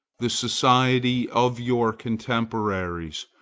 the society of your contemporaries,